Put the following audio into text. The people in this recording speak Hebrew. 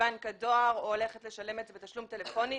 בבנק הדואר או בתשלום בטלפון,